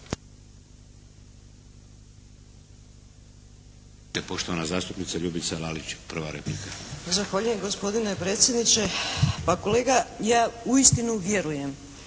poštovana zastupnica Ljubica Lalić prva replika. **Lalić, Ljubica (HSS)** Zahvaljujem gospodine predsjedniče. Pa kolega ja uistinu vjerujem